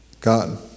God